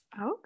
okay